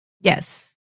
Yes